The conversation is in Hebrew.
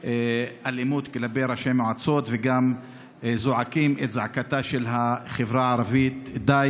אלימות כלפי ראשי מועצות וגם זועקים את זעקתה של החברה הערבית: די,